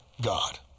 God